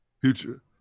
Future